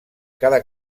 cada